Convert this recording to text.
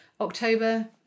October